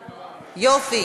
יופי,